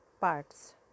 parts